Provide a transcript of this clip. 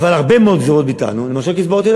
אבל הרבה מאוד גזירות הצלחנו לבטל,